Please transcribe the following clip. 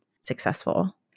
successful